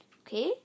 Okay